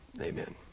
amen